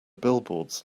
billboards